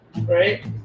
right